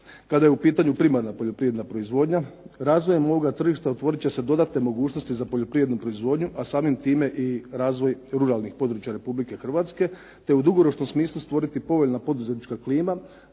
kada je u pitanju primarna poljoprivredna proizvodnja razvojem ovoga tržišta otvorit će se dodatne mogućnosti za poljoprivrednu proizvodnju, a samim time i razvoj ruralnih područja Republike Hrvatske, te u dugoročnom smislu stvoriti povoljna poduzetnička klima